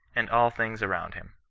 and all things around him.